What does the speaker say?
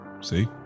See